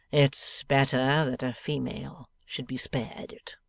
it's better that a female should be spared it